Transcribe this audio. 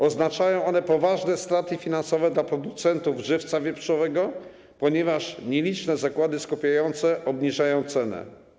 Oznaczają one poważne straty finansowe dla producentów żywca wieprzowego, ponieważ nieliczne zakłady skupujące obniżają cenę.